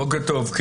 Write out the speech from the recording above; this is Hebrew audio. בוקר טוב.